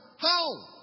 home